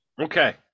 Okay